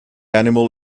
animal